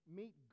meet